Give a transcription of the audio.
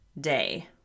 day